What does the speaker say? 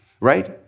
Right